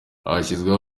hashyizweho